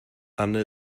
anne